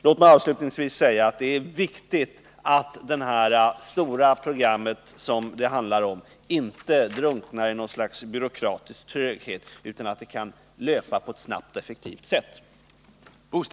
Låt mig avslutningsvis säga att det är viktigt att det stora program som det handlar om inte drunknar i något slags byråkratisk tröghet utan att det kan löpa på ett snabbt och effektivt sätt.